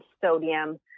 sodium